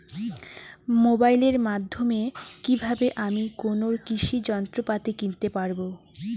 মোবাইলের মাধ্যমে কীভাবে আমি কোনো কৃষি যন্ত্রপাতি কিনতে পারবো?